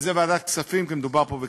זה ועדת הכספים, כי מדובר פה בכספים.